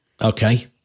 Okay